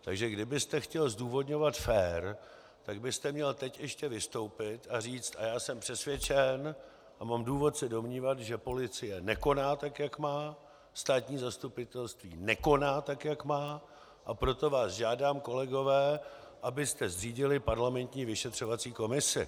Takže kdybyste chtěl zdůvodňovat fér, tak byste měl teď ještě vystoupit a říci: já jsem přesvědčen a mám důvod se domnívat, že policie nekoná tak, jak má, státní zastupitelství nekoná tak, jak má, a proto vás žádám, kolegové, abyste zřídili parlamentní vyšetřovací komisi.